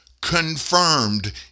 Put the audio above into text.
confirmed